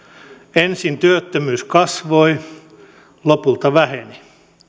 ensin työttömyys kasvoi lopulta väheni